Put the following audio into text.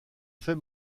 fais